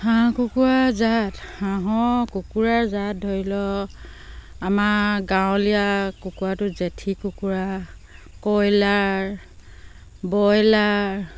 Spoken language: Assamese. হাঁহ কুকুৰা জাত হাঁহৰ কুকুৰাৰ জাত ধৰি লওক আমাৰ গাঁৱলীয়া কুকুৰাটো জেঠী কুকুৰা কয়লাৰ বইলাৰ